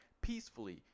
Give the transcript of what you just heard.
peacefully